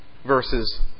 verses